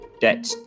debt